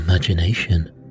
imagination